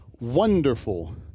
Wonderful